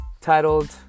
titled